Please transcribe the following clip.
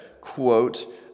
quote